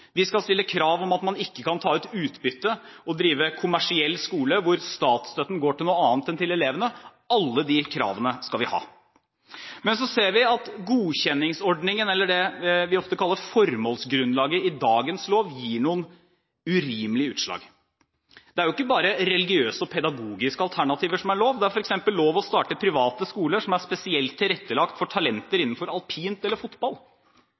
Vi skal stille krav om at man ikke kan ta ut utbytte og drive kommersiell skole, hvor statsstøtten går til noe annet enn elevene. Alle de kravene skal vi ha. Men vi ser at godkjenningsordningen, eller det som vi ofte kaller formålsgrunnlaget i dagens lov, gir noen urimelige utslag. Det er ikke bare religiøse og pedagogiske alternativer som er lov. Det er f.eks. lov å starte private skoler som er spesielt tilrettelagt for talenter innenfor alpint eller fotball.